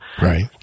Right